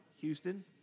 Houston